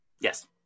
Yes